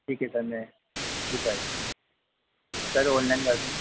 ठीक है सर मैं जी सर सर अनलाइन कर देंगे